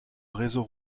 réseau